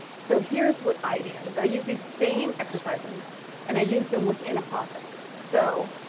so here's what i do is i use these same exercises and i use them within a project. so